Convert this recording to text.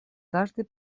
каждой